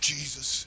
Jesus